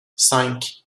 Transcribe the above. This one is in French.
cinq